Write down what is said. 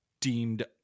deemed